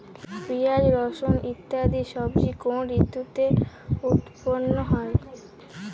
পিঁয়াজ রসুন ইত্যাদি সবজি কোন ঋতুতে উৎপন্ন হয়?